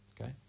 okay